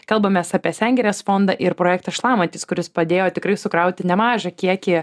kalbamės apie sengirės fondą ir projektą šlamantys kuris padėjo tikrai sukrauti nemažą kiekį